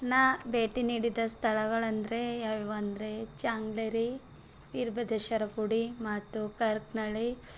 ನಾ ಭೇಟಿ ನೀಡಿದ ಸ್ಥಳಂದ್ರೆ ಯಾವ್ಯಾವು ಅಂದರೆ ಚಂಗ್ಲೆರಿ ವೀರಭದ್ರೇಶ್ವರ ಗುಡಿ ಮತ್ತು ಕರಪನಹಳ್ಳಿ